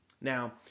Now